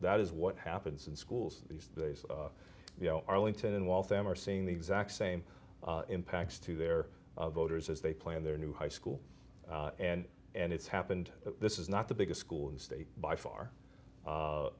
that is what happens in schools these days you know arlington and waltham are seeing the exact same impacts to their voters as they plan their new high school and and it's happened this is not the biggest school in the state by far